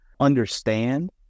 understand